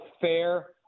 fair